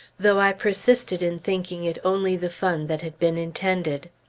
though i persisted in thinking it only the fun that had been intended.